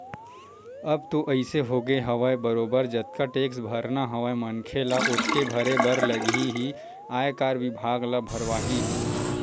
अब तो अइसे होगे हवय बरोबर जतका टेक्स भरना हवय मनखे ल ओतका भरे बर लगही ही आयकर बिभाग ह भरवाही ही